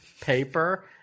paper